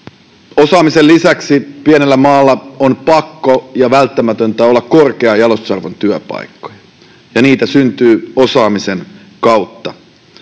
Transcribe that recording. Osaamisen lisäksi pienellä maalla on pakko ja välttämätöntä olla korkean jalostusarvon työpaikkoja, ja niitä syntyy osaamisen kautta.